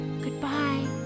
goodbye